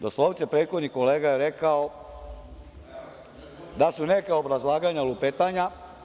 Doslovce je prethodni kolega rekao da su neka obrazlaganja lupetanja.